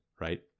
Right